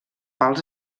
pals